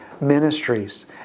ministries